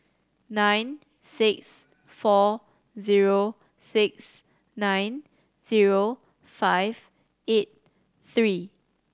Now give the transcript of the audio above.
nine six four zero six nine zero five eight three